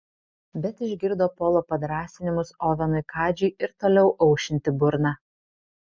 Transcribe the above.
bet išgirdo polo padrąsinimus ovenui kadžiui ir toliau aušinti burną